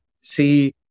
see